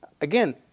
Again